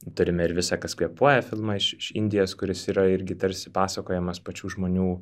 turime ir visa kas kvėpuoja filmą iš iš indijos kuris yra irgi tarsi pasakojamas pačių žmonių